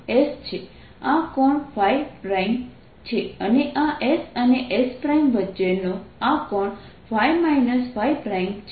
આ કોણ છે અને s અને s વચ્ચેનો આ કોણ છે